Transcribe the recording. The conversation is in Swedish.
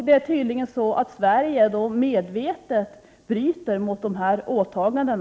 Det är tydligen så att Sverige medvetet bryter mot sina åtaganden.